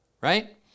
right